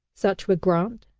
such were grant,